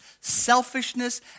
selfishness